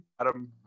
Adam